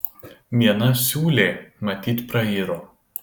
viena siūlė matyt prairo